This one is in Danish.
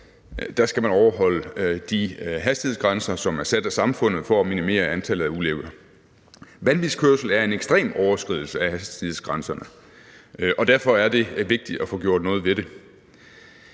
skal man overholde de hastighedsgrænser, som er sat af samfundet for at minimere antallet af ulykker. Vanvidskørsel er en ekstrem overskridelse af hastighedsgrænserne, og derfor er det vigtigt at få gjort noget ved det.